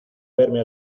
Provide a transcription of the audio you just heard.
verme